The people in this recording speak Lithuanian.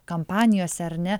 kampanijose ar ne